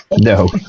No